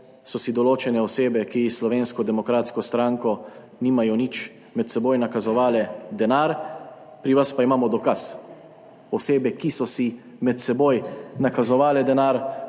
so si določene osebe, ki s Slovensko demokratsko stranko nimajo nič, med seboj nakazovale denar. Pri vas pa imamo dokaz. Osebe, ki so si med seboj nakazovale denar,